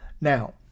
Now